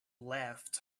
left